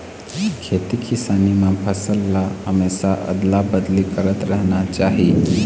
खेती किसानी म फसल ल हमेशा अदला बदली करत रहना चाही